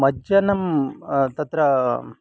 मज्जनं तत्र